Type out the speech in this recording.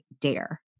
Dare